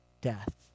death